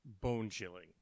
bone-chilling